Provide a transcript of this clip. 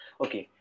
okay